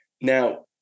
Now